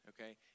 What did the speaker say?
okay